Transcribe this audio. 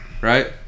Right